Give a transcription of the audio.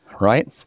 right